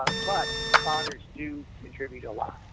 ah but fathers do contribute a lot.